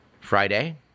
Friday